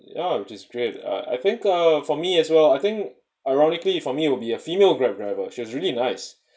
ya which is great uh I think uh for me as well I think ironically for me it would be a female Grab driver she was really nice